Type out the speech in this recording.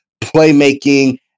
playmaking